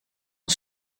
een